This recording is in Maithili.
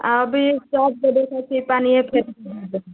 अभी सभ जगहसँ सिर्फ पानिये फेट